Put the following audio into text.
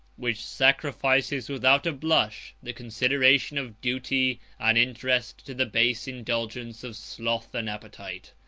which sacrifices, without a blush, the consideration of duty and interest to the base indulgence of sloth and appetite.